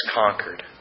conquered